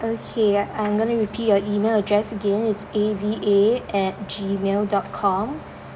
okay I am gonna repeat your email address again it's A V A at gmail dot com